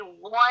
one